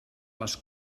les